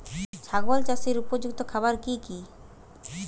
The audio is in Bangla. ছাগল চাষের উপযুক্ত খাবার কি কি?